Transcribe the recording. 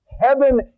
heaven